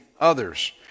others